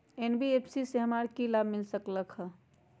NBFC से हमार की की लाभ मिल सक?